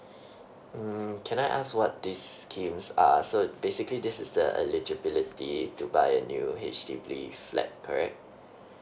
mm can I ask what these schemes are so basically this is the eligibility to buy a new H_D_B flat correct